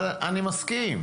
אני מסכים.